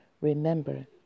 remember